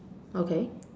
okay